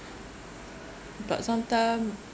but sometime